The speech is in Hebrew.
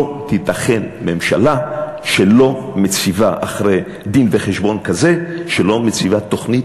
לא תיתכן ממשלה שאחרי דין-וחשבון כזה לא מציבה תוכנית